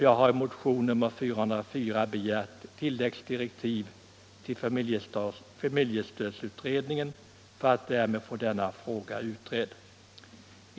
Jag har i motion nr 404 begärt tilläggsdirektiv till familjestödsutredningen för att därmed få denna fråga utredd.